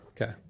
Okay